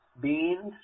beans